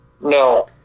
No